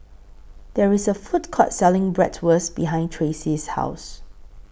There IS A Food Court Selling Bratwurst behind Tracey's House